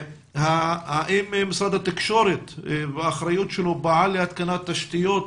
האם משרד התקשורת פעל להתקנת תשתיות